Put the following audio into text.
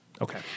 Okay